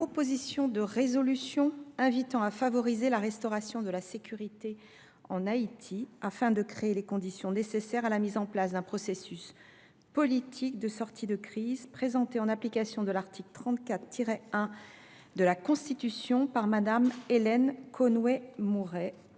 proposition de résolution invitant à favoriser la restauration de la sécurité en Haïti afin de créer les conditions nécessaires à la mise en place d’un processus politique de sortie de crise présentée, en application de l’article 34 1 de la Constitution, par Mme Hélène Conway Mouret